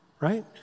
right